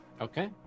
Okay